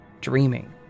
dreaming